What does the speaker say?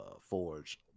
Forge